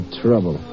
trouble